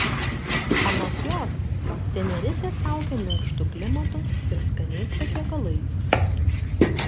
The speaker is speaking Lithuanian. anot jos tenerifė traukia minkštu klimatu ir skaniais patiekalais